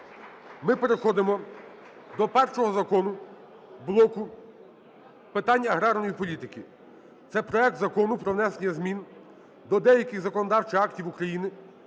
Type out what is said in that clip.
ми переходимо до першого закону, блоку питань аграрної політики. Це проект Закону про внесення змін до деяких законодавчих актів України